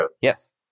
yes